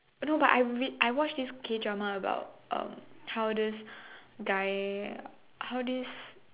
no but I read I watch this K-drama about um how this guy how this